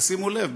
תשימו לב,